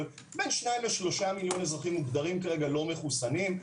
אבל בין 2 ל-3 מיליון אזרחים מוגדרים כרגע לא מחוסנים,